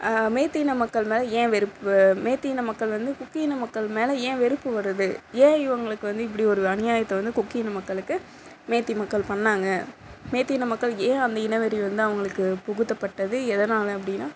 மைத்தி இன மக்கள் மேலே ஏன் வெறுப்பு மைத்தி இன மக்கள் வந்து குக்கி இன மக்கள் மேலே ஏன் வெறுப்பு வருது ஏன் இவர்களுக்கு வந்து இப்படிவொரு அநியாயத்தை வந்து குக்கி இன மக்களுக்கு மைத்தி இன மக்கள் பண்ணிணாங்க மைத்தி இன மக்கள் ஏன் அந்த இனவெறி வந்து அவர்களுக்கு புகுத்தப்பட்டது எதனால் அப்படினா